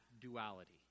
duality